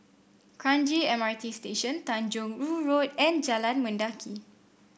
Kranji M R T Station Tanjong Rhu Road and Jalan Mendaki